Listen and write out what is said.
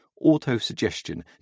auto-suggestion